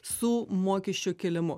su mokesčių kėlimu